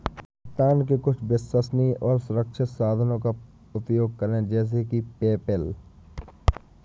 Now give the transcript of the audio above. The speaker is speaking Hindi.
भुगतान के कुछ विश्वसनीय और सुरक्षित साधनों का उपयोग करें जैसे कि पेपैल